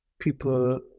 people